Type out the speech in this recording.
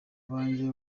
abanjye